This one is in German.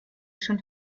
schon